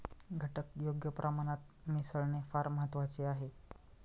घटक योग्य प्रमाणात मिसळणे फार महत्वाचे आहे